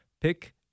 Pick